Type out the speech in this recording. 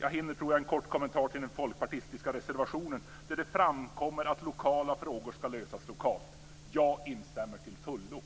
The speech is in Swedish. Jag hinner, tror jag, en kort kommentar till den folkpartistiska reservationen, där det framkommer att lokala frågor ska lösas lokalt. Jag instämmer till fullo.